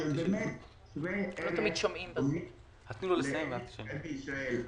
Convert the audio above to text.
שהם שווי ערך או דומים לאלה שבישראל,